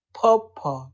papa